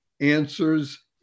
answers